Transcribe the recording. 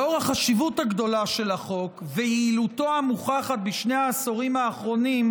לאור החשיבות הגדולה של החוק ויעילותו המוכחת בשני העשורים האחרונים,